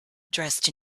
dressed